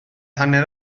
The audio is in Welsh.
hanner